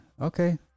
okay